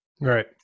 Right